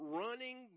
running